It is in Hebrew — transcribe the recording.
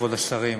כבוד השרים,